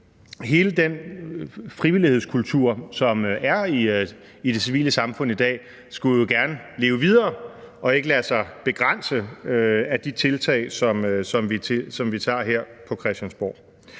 Hele den frivillighedskultur, som er i det civile samfund i dag, skulle jo gerne leve videre og ikke lade sig begrænse af de tiltag, som vi tager her på Christiansborg.